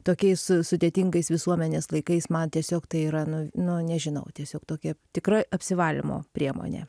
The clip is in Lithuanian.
tokiais s sudėtingais visuomenės laikais man tiesiog tai yra nu nu nežinau tiesiog tokia tikra apsivalymo priemonė